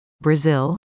Brazil